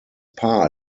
paar